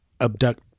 abduct